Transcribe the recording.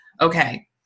Okay